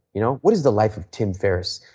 you know what is the life of tim ferris?